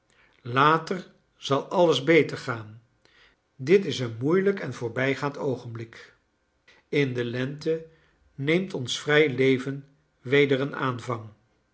later zal alles beter gaan dit is een moeilijk en voorbijgaand oogenblik in de lente neemt ons vrij leven weder een aanvang